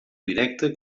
directe